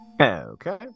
Okay